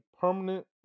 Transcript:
permanent